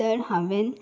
तर हांवें